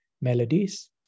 melodies